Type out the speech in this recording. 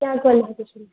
क्या है क्वालिफिकेशन